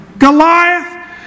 Goliath